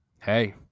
Hey